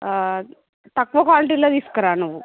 తక్కువ క్వాలిటీలో తీసుకురా నువ్వు